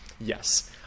Yes